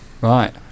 Right